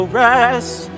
rest